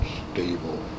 stable